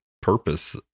purpose